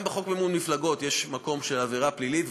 גם בחוק מימון מפלגות יש מקום של עבירה פלילית,